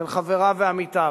של חבריו ועמיתיו,